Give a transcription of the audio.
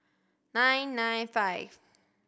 nine nine five